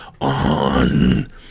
on